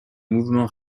mouvement